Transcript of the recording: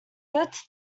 since